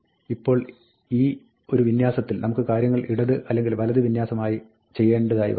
ഇപ്പോൾ ഈ ഒരു വിന്യാസത്തിൽ നമുക്ക് കാര്യങ്ങൾ ഇടത് അല്ലെങ്കിൽ വലത് വിന്യാസമായി ചെയ്യേണ്ടതായി വരും